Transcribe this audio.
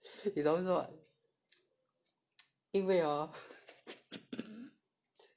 你懂为什么因为 hor